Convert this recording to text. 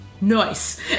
nice